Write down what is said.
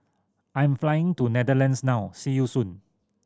I'm flying to Netherlands now see you soon